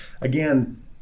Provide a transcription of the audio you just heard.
again